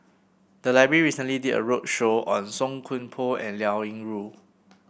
the library recently did a roadshow on Song Koon Poh and Liao Yingru